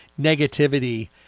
negativity